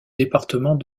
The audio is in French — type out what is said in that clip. département